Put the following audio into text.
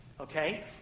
Okay